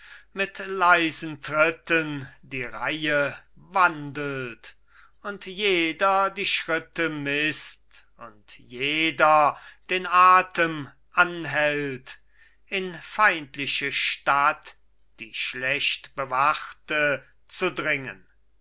mit leisen tritten die reihe wandelt und jeder die schritte mißt und jeder den atem anhält in feindliche stadt die schlechtbewachte zu dringen